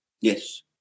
Yes